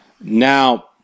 Now